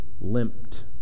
limped